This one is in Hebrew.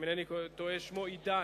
אם אינני טועה, שמו "עידן",